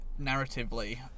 narratively